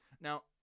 Now